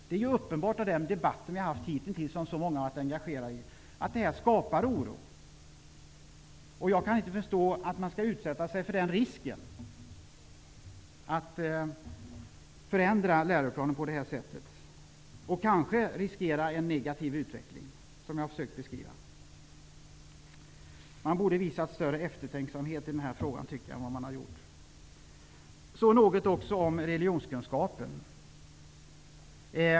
Det är uppenbart -- det visar den debatt vi har fört hittills, som så många har varit engagerade i -- att det här skapar oro. Jag kan inte förstå att man skall utsätta sig för den risk som det innebär att förändra läroplanen på det här sättet, vilket kanske medför en negativ utveckling, som jag har försökt beskriva. Man borde ha visat större eftertänksamhet i den här frågan än vad man har gjort. Jag vill också säga något om religionskunskapen.